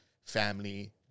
Family